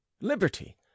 liberty